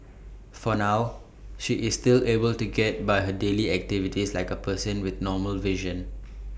for now she is still able to get by her daily activities like A person with normal vision